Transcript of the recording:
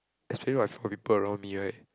especially while for people around me right